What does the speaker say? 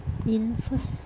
in first